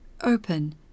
open